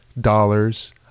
dollars